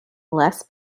less